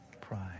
Pride